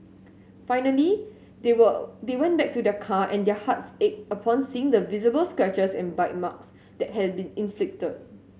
finally they were they went back to their car and hearts ached upon seeing the visible scratches and bite marks that had been inflicted